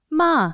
ma